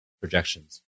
projections